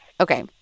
Okay